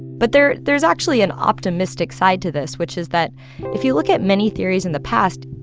but there there is actually an optimistic side to this, which is that if you look at many theories in the past,